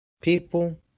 people